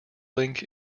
link